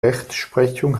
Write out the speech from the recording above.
rechtsprechung